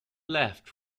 left